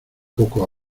poco